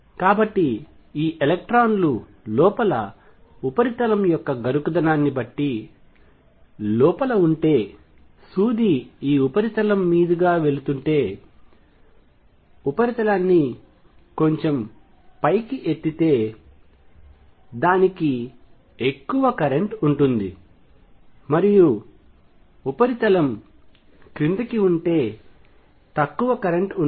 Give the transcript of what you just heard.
కాబట్టి ఈ ఎలక్ట్రాన్లు లోపల ఉపరితలం యొక్క గరుకుదనాన్ని బట్టి లోపల ఉంటే సూది ఈ ఉపరితలం మీదుగా వెళుతుంటే ఉపరితలాన్ని కొంచెం పైకి ఎత్తితే దానికి ఎక్కువ కరెంట్ ఉంటుంది మరియు ఉపరితలం క్రిందికి ఉంటే తక్కువ కరెంట్ ఉంటుంది